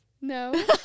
no